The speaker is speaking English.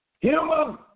Human